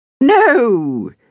No